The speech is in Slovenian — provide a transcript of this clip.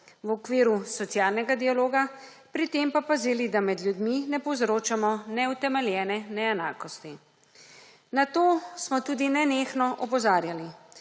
v okviru socialnega dialoga, pri tem pa pazili, da med ljudmi ne povzročamo neutemeljene neenakosti. Na to smo tudi nenehno opozarjali.